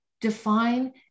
Define